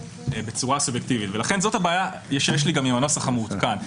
בצורה סובייקטיבית ולכן זאת הבעיה שיש לי גם עם הנוסח המעודכן.